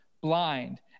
blind